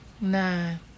Nine